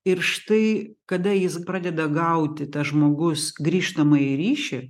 ir štai kada jis pradeda gauti tas žmogus grįžtamąjį ryšį